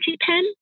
pen